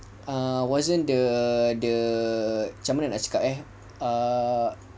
err wasn't the the macam mana nak cakap eh ah